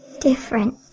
different